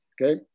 Okay